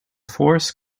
force